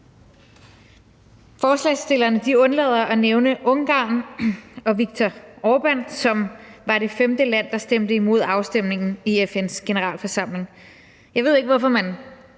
Forslagsstillerne undlader at nævne Viktor Orbán og Ungarn, som var det femte land, der stemte imod ved afstemningen i FN's Generalforsamling. Jeg ved ikke, hvorfor man